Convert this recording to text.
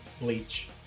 Bleach